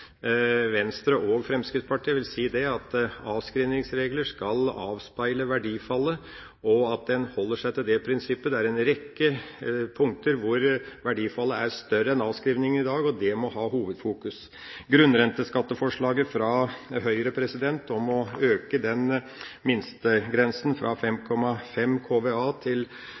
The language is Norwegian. Venstre og Fremskrittspartiet, vil jeg si at avskrivningsregler skal avspeile verdifallet, og man må holde seg til det prinsippet. Det er en rekke punkter hvor verdifallet er større enn avskrivninga i dag, og det må ha hovedfokus. Grunnrenteskatteforslaget fra Høyre om å øke minstegrensen fra 5 500 kVA til